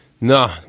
No